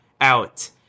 out